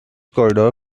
corridor